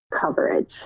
coverage